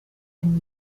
and